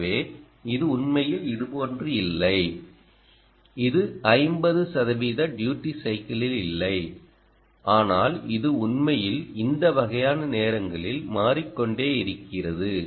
எனவே இது உண்மையில் இதுபோன்று இல்லை இது 50 சதவீத ட்யூடி சைக்கிளில் இல்லை ஆனால் இது உண்மையில் இந்த வகையான நேரங்களில் மாறிக்கொண்டே இருக்கிறது